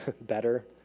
better